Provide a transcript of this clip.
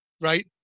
right